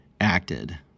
acted